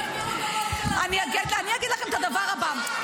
אני אגיד לכם את הדבר הבא,